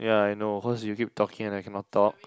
ya I know cause you keep talking and I cannot talk